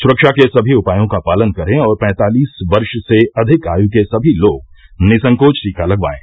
सुरक्षा के सभी उपायों का पालन करें और पैंत्तालीस वर्ष से अधिक आयु के सभी लोग निःसंकोच टीका लगवाएं